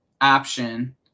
option